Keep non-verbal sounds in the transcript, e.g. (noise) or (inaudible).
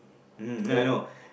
(laughs) ya I know